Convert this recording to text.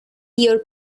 your